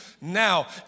now